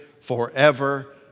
forever